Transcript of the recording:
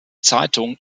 zeitung